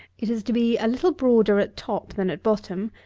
it is to be a little broader at top than at bottom,